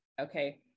okay